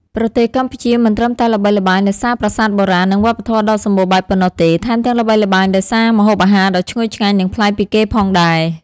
ប្រទេសកម្ពុជាមិនត្រឹមតែល្បីល្បាញដោយសារប្រាសាទបុរាណ និងវប្បធម៌ដ៏សម្បូរបែបប៉ុណ្ណោះទេ ថែមទាំងល្បីល្បាញដោយសារ ម្ហូបអាហារដ៏ឈ្ងុយឆ្ងាញ់ និងប្លែកពីគេផងដែរ ។